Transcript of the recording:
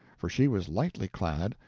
for she was lightly clad,